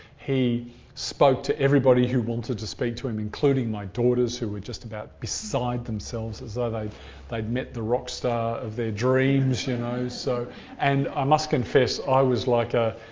he spoke to everybody who wanted to speak to him including my daughters who were just about beside themselves as though they'd they'd met the rock star of their dreams, yeah and i so and i must confess, i was like ah